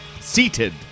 seated